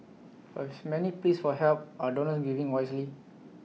but with many pleas for help are donors giving wisely